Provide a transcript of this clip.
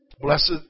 blessed